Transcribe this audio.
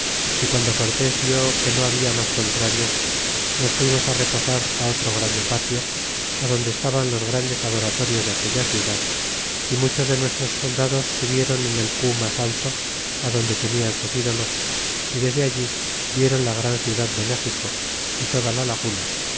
y guando cortés vi que no habla mas contrarios nos fuimos reposar otro grande patio adonde estaban los grandes adoratorios de aquella ciudad y muchos de nuestros soldados subiéron en el cu mas alto adonde tenian sus ídolos y desde allí viéron la gran ciudad de méxico y toda la laguna